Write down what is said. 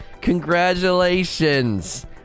Congratulations